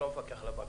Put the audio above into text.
לא המפקח על הבנקים,